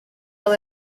aba